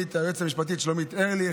היועצת המשפטית שלומית ארליך,